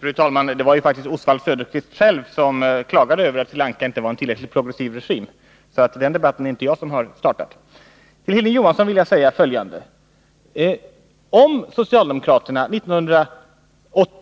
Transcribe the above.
Fru talman! Det var faktiskt Oswald Söderqvist själv som klagade över att Sri Lanka inte var en tillräckligt progressiv regim. Den debatten är det inte jag som har startat. Till Hilding Johansson vill jag säga följande: Om socialdemokraterna 1980